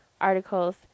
articles